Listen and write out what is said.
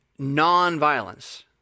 nonviolence